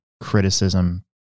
criticism